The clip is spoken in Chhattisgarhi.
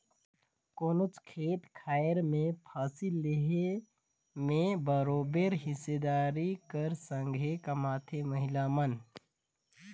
कोनोच खेत खाएर में फसिल लेहे में बरोबेर हिस्सादारी कर संघे कमाथें महिला मन